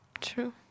true